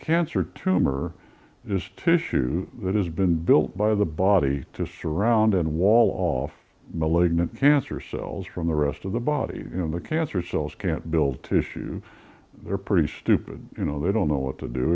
cancer tumor is tissue that has been built by the body to surround and wall off malignant cancer cells from the rest of the body in the cancer cells can't build tissue they're pretty stupid you know they don't know what to do